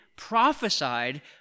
prophesied